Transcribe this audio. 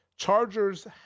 Chargers